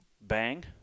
bang